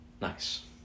Nice